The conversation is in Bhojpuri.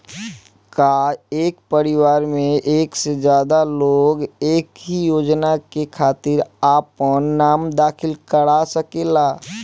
का एक परिवार में एक से ज्यादा लोग एक ही योजना के खातिर आपन नाम दाखिल करा सकेला?